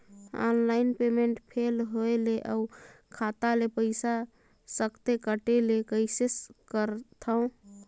Online payment fail होय ले अउ खाता ले पईसा सकथे कटे ले कइसे करथव?